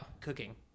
cooking